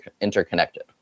interconnected